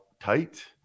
tight